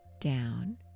down